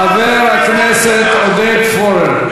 חבר הכנסת עודד פורר.